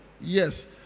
yes